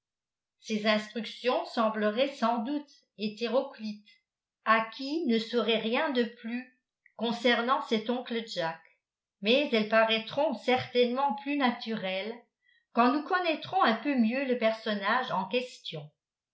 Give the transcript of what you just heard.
ces instructions sembleraient sans doute hétéroclites à qui ne saurait rien de plus concernant cet oncle jack mais elles paraîtront certainement plus naturelles quand nous connaîtrons un peu mieux le personnage en question